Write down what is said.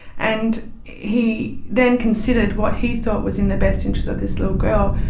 and he then considered what he thought was in the best interests of this little girl.